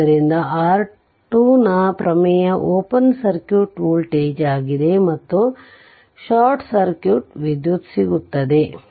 ಆದ್ದರಿಂದ R2 ನ ಪ್ರಮೇಯ ಓಪನ್ ಸರ್ಕ್ಯೂಟ್ ವೋಲ್ಟೇಜ್ ಆಗಿದೆ ಮತ್ತು ಶಾರ್ಟ್ ಸರ್ಕ್ಯೂಟ್ ವಿದ್ಯುತ್ ಸಿಗುತ್ತದೆ